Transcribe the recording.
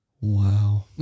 Wow